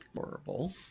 horrible